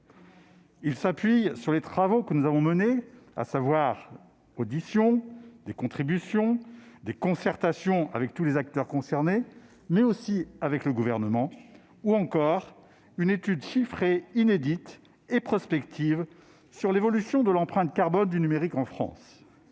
Il s'appuie sur les travaux que nous avons menés, à savoir des auditions, des contributions et des concertations avec tous les acteurs concernés, mais aussi avec le Gouvernement, ou encore une étude chiffrée inédite et prospective sur l'évolution de l'empreinte carbone du numérique en France.